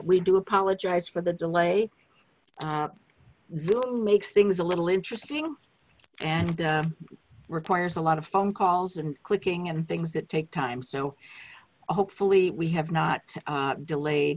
we do apologize for the delay this makes things a little interesting and requires a lot of phone calls and clicking and things that take time so hopefully we have not delayed